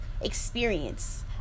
Experience